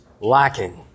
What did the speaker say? lacking